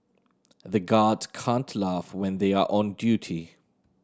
the guards can't laugh when they are on duty